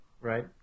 Right